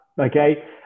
okay